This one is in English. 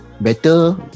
better